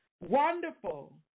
Wonderful